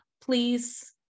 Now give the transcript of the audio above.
please